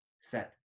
set